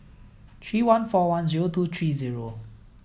three one four one zero two three zero